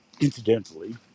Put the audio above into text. incidentally